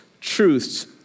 truths